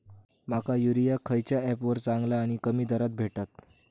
माका युरिया खयच्या ऍपवर चांगला आणि कमी दरात भेटात?